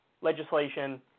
legislation